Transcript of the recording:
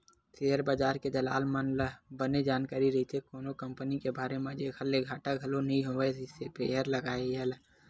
share बजार के दलाल मन ल बने जानकारी रहिथे कोनो कंपनी के बारे म जेखर ले घाटा घलो नइ होवय सेयर लगइया ल